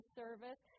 service